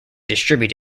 distribute